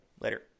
later